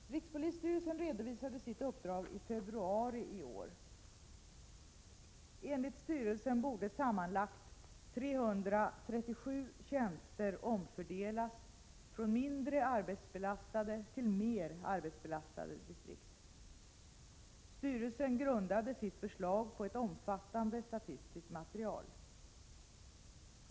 Rikspolisstyrelsen redovisade sitt uppdrag i februari i år. Enligt styrelsen borde sammanlagt 337 tjänster omfördelas från mindre arbetsbelastade till mer arbetsbelastade distrikt. Styrelsen grundade sitt förslag på ett omfattande statistiskt material.